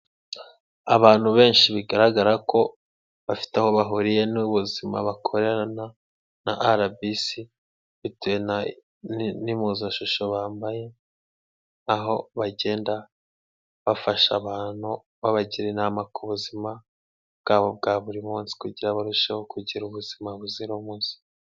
Abantu benshi bigaragara ko bafite aho bahuriye nubuzima bakorana na arabisi bitewe n'impuzashusho bambaye aho bagenda bafasha abantu babagira inama ku buzima bwabo bwa buri munsi kugira barusheho kugira ubuzima buzira umuze.